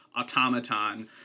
automaton